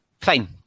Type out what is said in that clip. Fine